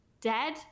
dead